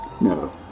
No